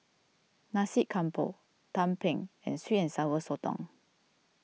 Nasi Campur Tumpeng and Sweet and Sour Sotong